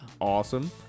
Awesome